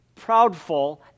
proudful